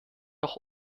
auch